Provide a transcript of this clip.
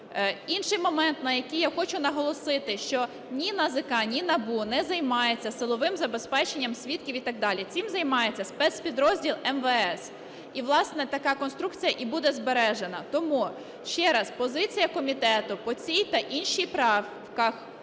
Інший момент, на який я хочу наголосити, що ні НАЗК, ні НАБУ не займається силовим забезпеченням свідків і так далі, цим займається спецпідрозділ МВС. І, власне, така конструкція і буде збережена. Тому ще раз, позиція комітету по цій та інших правках